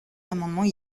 amendements